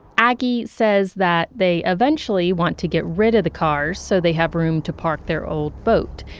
aggie says that they eventually want to get rid of the cars, so they have room to park their old boat,